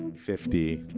and fifty.